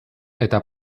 eta